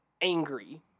angry